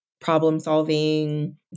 problem-solving